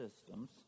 systems